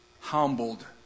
humbled